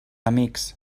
amics